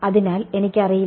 അതിനാൽ എനിക്കറിയില്ല